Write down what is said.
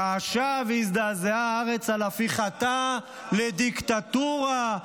רעשה והזדעזעה הארץ על הפיכתה לדיקטטורה,